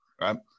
right